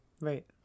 Right